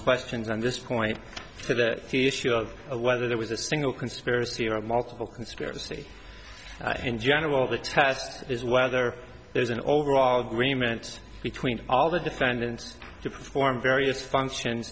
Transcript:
questions on this point to the future of whether there was a single conspiracy or multiple conspiracy in general the test is whether there is an overall agreement between all the defendants to perform various function